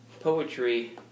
poetry